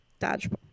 Dodgeball